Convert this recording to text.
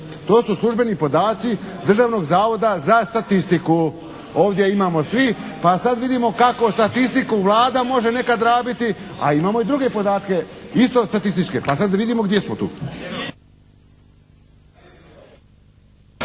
To su službeni podaci Državnog zavoda za statistiku. Ovdje imamo svi pa sad vidimo kako statistiku Vlada može nekad rabiti, a imamo i druge podatke isto statističke, pa sad da vidimo gdje smo tu.